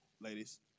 ladies